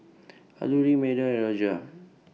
Alluri Medha and Raja